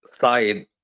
side